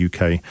uk